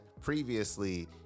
previously